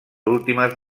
últimes